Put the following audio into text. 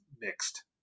mixed